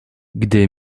gdy